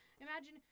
imagine